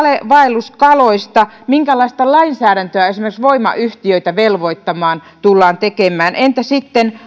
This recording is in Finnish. vaelluskaloista minkälaista lainsäädäntöä esimerkiksi voimayhtiöitä velvoittamaan tullaan tekemään entä sitten